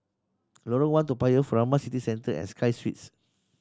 Lorong One Toa Payoh Furama City Centre and Sky Suites